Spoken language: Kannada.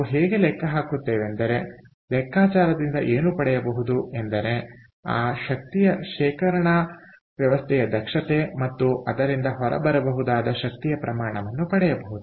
ನಾವು ಹೇಗೆ ಲೆಕ್ಕ ಹಾಕುತ್ತೇವೆಂದರೆ ನಾವು ಲೆಕ್ಕಾಚಾರದಿಂದ ಏನು ಪಡೆಯಬಹುದು ಎಂದರೆ ಆ ಶಕ್ತಿಯ ಶೇಖರಣಾ ವ್ಯವಸ್ಥೆಯ ದಕ್ಷತೆ ಮತ್ತು ಅದರಿಂದ ಹೊರಬರಬಹುದಾದ ಶಕ್ತಿಯ ಪ್ರಮಾಣವನ್ನು ಪಡೆಯಬಹುದು